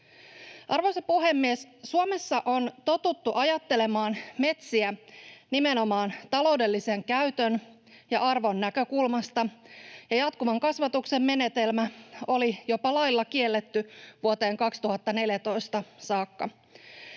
Arvoisa puhemies! Suomessa on totuttu ajattelemaan metsiä nimenomaan taloudellisen käytön ja arvon näkökulmasta, ja jatkuvan kasvatuksen menetelmä oli jopa lailla kielletty vuoteen 2014 saakka.